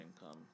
income